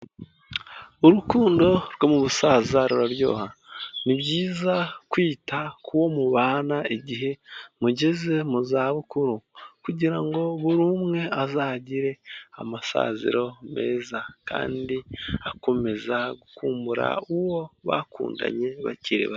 Urukundo rwo mu busaza ruraryoha nibyiza kwita kuwo mubana igihe mugeze mu za bukuru kugira ngo buri umwe azagire amasaziro meza kandi akomeza gukumbura uwo bakundanye bakiri bato.